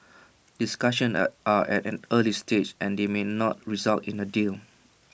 discussions are are at an early stage and they may not result in A deal